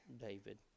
David